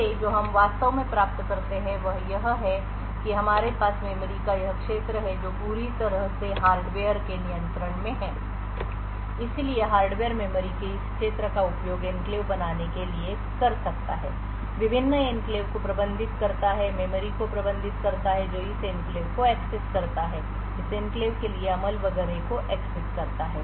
इससे जो हम वास्तव में प्राप्त करते हैं वह यह है कि हमारे पास मेमोरी का यह क्षेत्र है जो पूरी तरह से हार्डवेयर के नियंत्रण में है इसलिए हार्डवेयर मेमोरी के इस क्षेत्र का उपयोग एन्क्लेव बनाने के लिए कर सकता है विभिन्न एन्क्लेव को प्रबंधित करता है मेमोरी को प्रबंधित करता है जो इस एन्क्लेव को एक्सेस करता है इस एन्क्लेव के लिए अमल वगैरह को एक्सेस करता है